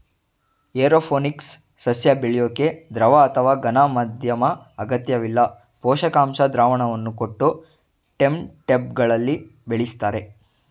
aeroponics ಸಸ್ಯ ಬೆಳ್ಯೋಕೆ ದ್ರವ ಅಥವಾ ಘನ ಮಾಧ್ಯಮ ಅಗತ್ಯವಿಲ್ಲ ಪೋಷಕಾಂಶ ದ್ರಾವಣವನ್ನು ಕೊಟ್ಟು ಟೆಂಟ್ಬೆಗಳಲ್ಲಿ ಬೆಳಿಸ್ತರೆ